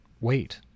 wait